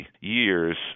years